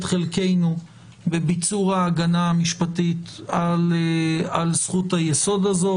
חלקנו בביצור ההגנה המשפטית על זכות היסוד הזאת,